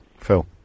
Phil